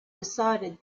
decided